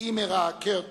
אימרה קרטס,